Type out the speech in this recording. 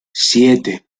siete